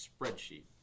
spreadsheet